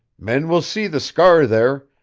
men will see the scar there,